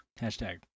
Hashtag